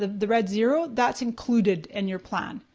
the red zero, that's included in your plan,